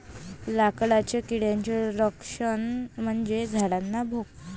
लाकडाच्या किड्याचे लक्षण म्हणजे झाडांना भोक